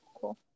cool